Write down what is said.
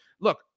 look